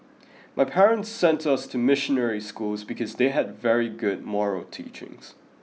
my parents sent us to missionary schools because they had very good moral teachings